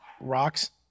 rocks